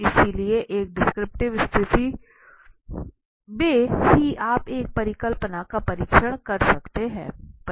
इसलिए एक डिस्क्रिप्टिव स्थिति में ही आप एक परिकल्पना का परीक्षण कर सकते हैं